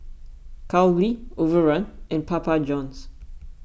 Calbee Overrun and Papa Johns